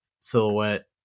silhouette